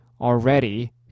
already